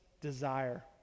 desire